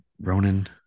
Ronan